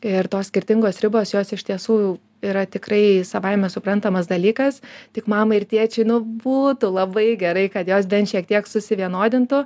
ir tos skirtingos ribos jos iš tiesų yra tikrai savaime suprantamas dalykas tik mamai ir tėčiui nu būtų labai gerai kad jos bent šiek tiek susivienodintų